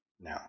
No